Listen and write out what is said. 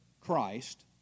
Christ